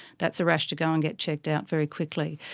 that's a rash to go and get checked out very quickly.